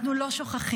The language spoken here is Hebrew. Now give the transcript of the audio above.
אנחנו לא שוכחים.